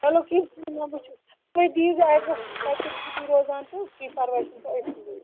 چلو کیٚنٛہہ چھُنہٕ وونۍ وُچھو تُہۍ دِیو یہِ ایٚڈرَس کتیٚن چھُو تُہۍ روزان تہٕ کیٚنٛہہ پرواے چھُنہٕ تہٕ أسۍ